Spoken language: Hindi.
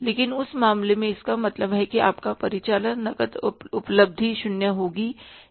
लेकिन उस मामले में इसका मतलब है कि आपका परिचालन नकद उपलब्धि शून्य होगी सही है ना